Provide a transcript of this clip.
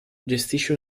gestisce